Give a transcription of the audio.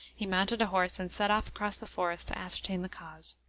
he mounted a horse and set off across the forest to ascertain the cause.